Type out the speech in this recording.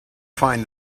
find